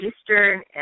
eastern